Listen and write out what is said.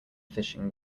fishing